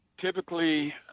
typically